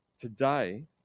today